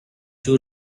two